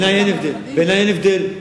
בעיני אין הבדל.